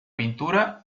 pintura